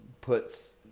puts